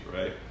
right